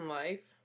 life